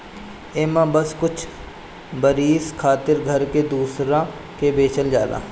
एमे बस कुछ बरिस खातिर घर के दूसरा के बेचल जाला